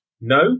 No